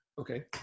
Okay